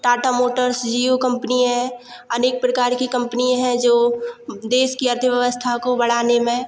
Tata motors Jio company है अनेक प्रकार की कम्पनी है जो देश की अर्थव्यवस्था को बढ़ाने में